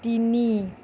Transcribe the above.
তিনি